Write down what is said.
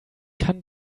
kann